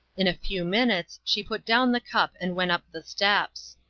in a few minutes she put down the cup and went up the steps.